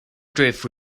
drift